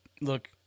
look